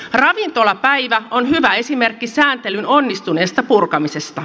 ravintolapäivä on hyvä esimerkki sääntelyn onnistuneesta purkamisesta